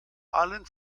allen